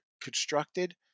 constructed